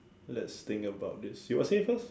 let's think about this you want say first